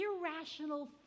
irrational